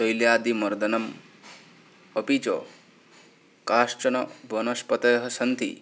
तैल्यादि मर्दनम् अपि च काश्चन वनस्पतयः शन्ति